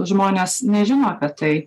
žmonės nežino apie tai